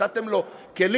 נתתם לו כלים.